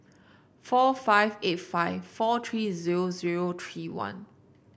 four five eight five four three zero zero three one